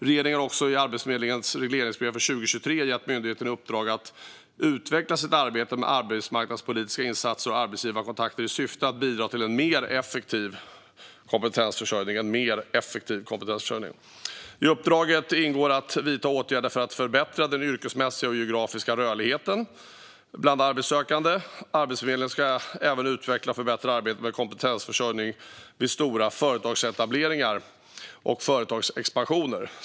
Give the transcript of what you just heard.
Regeringen har också i Arbetsförmedlingens regleringsbrev för 2023 gett myndigheten i uppdrag att utveckla sitt arbete med arbetsmarknadspolitiska insatser och arbetsgivarkontakter i syfte att bidra till en mer effektiv kompetensförsörjning. I uppdraget ingår att vidta åtgärder för att förbättra den yrkesmässiga och geografiska rörligheten bland arbetssökande. Arbetsförmedlingen ska även utveckla och förbättra arbetet med kompetensförsörjning vid stora företagsetableringar och företagsexpansioner.